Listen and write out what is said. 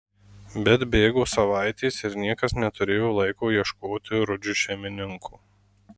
bet bėgo savaitės ir niekas neturėjo laiko ieškoti rudžiui šeimininko